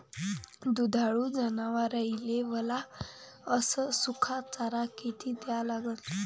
दुधाळू जनावराइले वला अस सुका चारा किती द्या लागन?